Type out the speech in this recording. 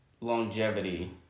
longevity